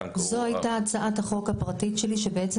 אתה --- זו הייתה הצעת החוק הפרטית שלי שבעצם